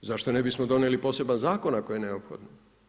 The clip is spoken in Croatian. Zašto ne bismo donijeli poseban zakon ako je neophodno?